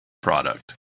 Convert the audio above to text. product